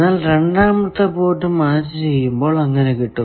എന്നാൽ രണ്ടാമത്തെ port match ചെയ്യുമ്പോൾ അങ്ങനെ കിട്ടും